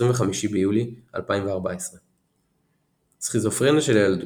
25 ביולי 2014 סכיזופרניה של הילדות,